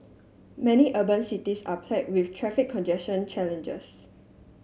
many urban cities are plague with traffic congestion challenges